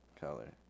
color